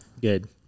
Good